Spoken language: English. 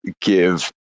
give